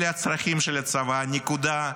אלה הצרכים של הצבא, נקודה.